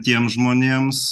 tiem žmonėms